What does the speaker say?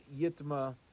yitma